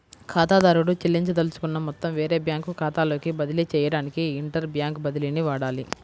ఖాతాదారుడు చెల్లించదలుచుకున్న మొత్తం వేరే బ్యాంకు ఖాతాలోకి బదిలీ చేయడానికి ఇంటర్ బ్యాంక్ బదిలీని వాడాలి